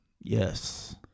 Yes